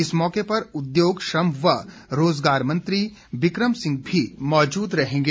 इस मौके पर उद्योग श्रम व रोज़गार मंत्री बिकम सिंह भी मौजूद रहेंगे